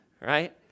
right